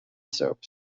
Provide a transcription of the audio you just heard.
soaps